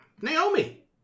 Naomi